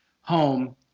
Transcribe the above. home